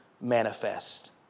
manifest